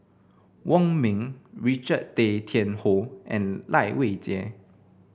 Wong Ming Richard Tay Tian Hoe and Lai Weijie